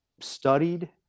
studied